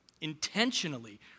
intentionally